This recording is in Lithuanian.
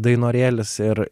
dainorėlis ir